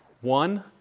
One